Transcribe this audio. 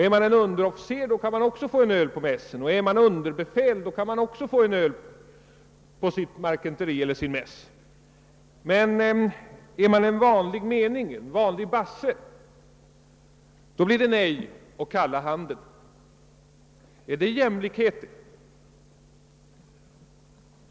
Är man underofficer, kan man också få en öl på mässen, och är man underbefäl, kan man få en öl på marketenteriet eller mässen, men för en vanlig menig, en vanlig basse, blir det kalla handen. Är det jämlikhet?